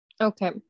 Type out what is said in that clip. okay